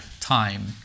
time